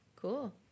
Cool